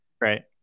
right